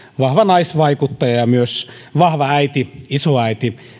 vahva naisvaikuttaja ja myös vahva äiti isoäiti